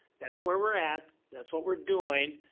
that's where we're at. that's what we're doing.